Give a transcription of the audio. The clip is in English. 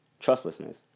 trustlessness